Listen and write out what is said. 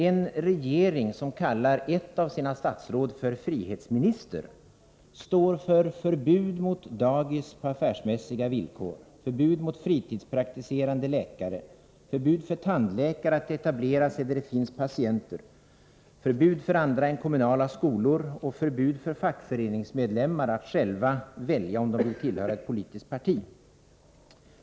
En regering, som kallar ett av sina statsråd för frihetsminister, står för förbud mot dagis på affärsmässiga grunder, förbud mot fritidspraktiserande läkare, förbud för tandläkare att etablera sig där det finns patienter, förbud för andra skolor än kommunala att bedriva undervisning och förbud för fackföreningsmedlemmar att själva välja om de vill tillhöra ett politiskt parti.